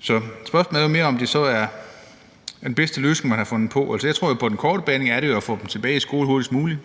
Så spørgsmålet er jo mere, om det så er den bedste løsning, man har fundet på. Altså, jeg tror jo, at det på den korte bane er at få dem tilbage i skole hurtigst muligt,